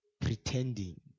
pretending